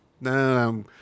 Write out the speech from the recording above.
no